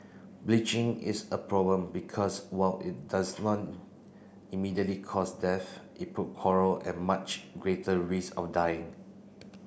bleaching is a problem because while it doesn't want immediately cause death it put coral at much greater risk of dying